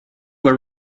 were